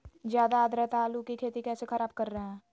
ज्यादा आद्रता आलू की खेती कैसे खराब कर रहे हैं?